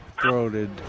throated